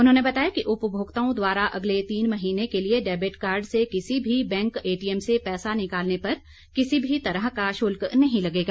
उन्होंने बताया कि उपभोक्ताओं द्वारा अगले तीन महीने के लिए डेबिट कार्ड से किसी भी बैंक एटीएम से पैसा निकालने पर किसी भी तरह का शुल्क नहीं लगेगा